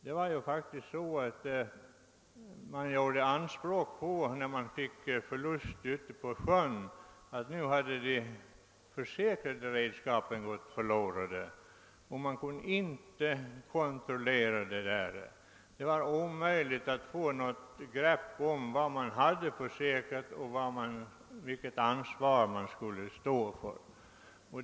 Det blev faktiskt så att när man fick förluster ute på sjön påstod man att det var de försäkrade redskapen som gått förlorade, vilket inte kunde kontrolleras. Det var omöjligt att få något grepp om vad som var försäkrat och vad som inte var försäkrat.